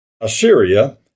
Assyria